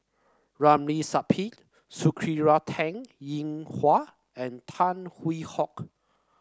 Ramli Sarip Sakura Teng Ying Hua and Tan Hwee Hock